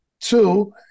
Two